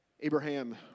Abraham